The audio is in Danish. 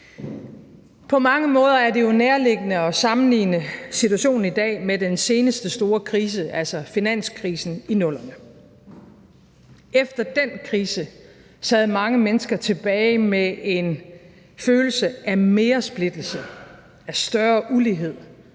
På mange måder er det jo nærliggende at sammenligne situationen i dag med den seneste store krise, altså finanskrisen i 00'erne. Efter den krise sad mange mennesker tilbage med en følelse af mere splittelse, af større ulighed